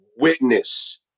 witness